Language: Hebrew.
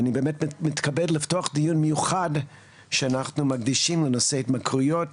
ואני מתכבד לפתוח דיון מיוחד שאנחנו מקדישים לנושא התמכרויות